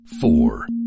four